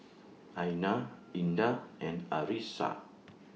Aina Indah and Arissa